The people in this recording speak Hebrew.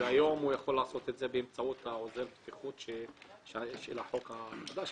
היום הוא יכול לעשות את זה באמצעות עוזר הבטיחות שנקבע בחוק החדש,